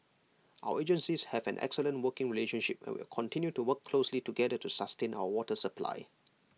our agencies have an excellent working relationship and will continue to work closely together to sustain our water supply